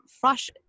fresh